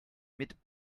mit